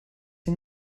این